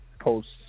Posts